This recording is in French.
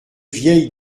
vieille